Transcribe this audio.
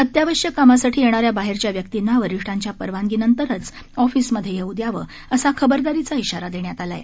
अत्यावश्यक कामासाठी येणाऱ्या बाहेरच्या व्यक्तींना वरिष्ठांच्या परवानगी नंतरच ऑफिसमध्ये येऊ द्यावे असा खबरदारीचा इशारा देण्यात आलाय